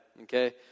okay